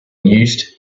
used